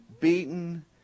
beaten